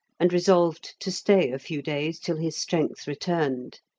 and resolved to stay a few days till his strength returned.